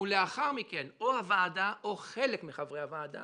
לאחר מכן או הוועדה או חלק מחברי הוועדה